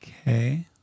Okay